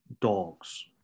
dogs